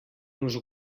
nos